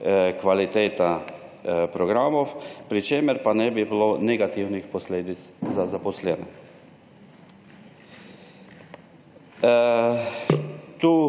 kvaliteta programov, pri čemer pa ne bi bilo negativnih posledic za zaposlene.